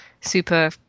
super